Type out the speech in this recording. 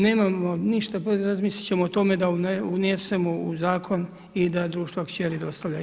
Nemamo ništa, razmisliti ćemo o tome da unesemo u zakon i da društva kćeri dostavlja.